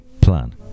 plan